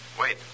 Wait